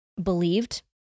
believed